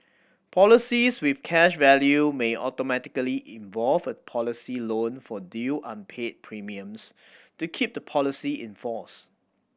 policies with cash value may automatically policy loan for due unpaid premiums to keep the policy in force